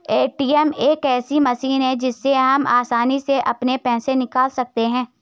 ATM एक ऐसी machine है जिससे हम आसानी से अपने पैसे निकाल सकते हैं